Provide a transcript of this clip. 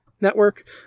Network